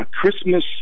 Christmas